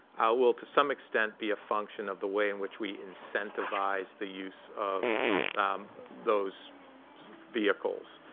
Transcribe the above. will, to some extent, be a function of the way in which we incentivize the use of those vehicles.